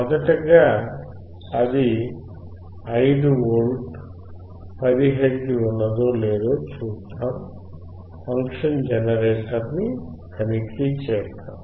మొదటగా అది 5V 10 hertz ఉన్నదో లేదో చూద్దాం ఫంక్షన్ జనరేటర్ ని తనిఖీ చేద్దాం